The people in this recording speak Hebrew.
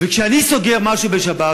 וכשאני סוגר משהו בשבת,